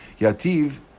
Yativ